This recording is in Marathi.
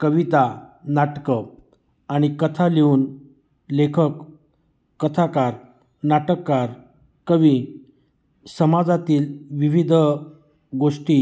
कविता नाटकं आणि कथा लिहून लेखक कथाकार नाटककार कवी समाजातील विविध गोष्टी